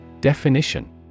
Definition